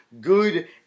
good